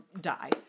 die